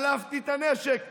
שלפתי את הנשק,